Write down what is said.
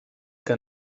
que